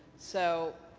so,